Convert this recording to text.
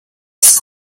jest